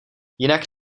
jinak